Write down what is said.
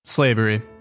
Slavery